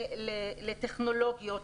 לטכנולוגיות,